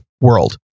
world